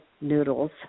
noodles